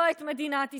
לא את מדינת ישראל.